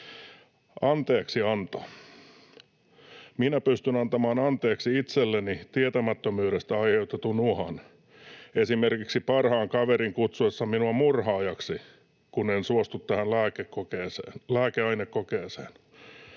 Anteeksianto. Minä pystyn antamaan anteeksi itselleni tietämättömyydestä aiheutetun uhan esimerkiksi parhaan kaverin kutsuessa minua murhaajaksi, kun en suostu tähän lääkeainekokeeseen.